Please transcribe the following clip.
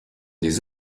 des